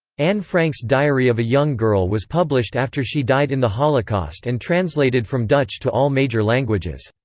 anne frank's diary of a young girl was published after she died in the holocaust and translated from dutch to all major languages.